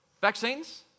vaccines